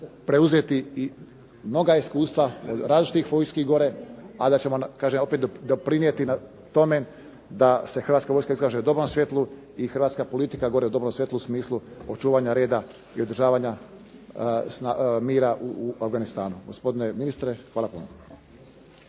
preuzeti iskustva od različitih vojska gore, a da ćemo doprinijeti na tome da se Hrvatska vojska iskaže u dobrom svjetlu, i hrvatska politika u dobrom svjetlu u smislu očuvanja reda i održavanja mira u Afganistanu. Gospodine ministre hvala puno.